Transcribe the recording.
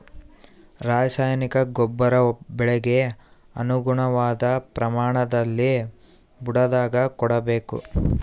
ರಾಸಾಯನಿಕ ಗೊಬ್ಬರ ಬೆಳೆಗೆ ಅನುಗುಣವಾದ ಪ್ರಮಾಣದಲ್ಲಿ ಬುಡದಾಗ ಕೊಡಬೇಕು